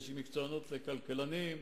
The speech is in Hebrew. יש מקצוענות לכלכלנים,